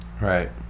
Right